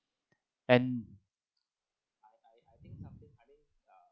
and